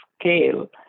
scale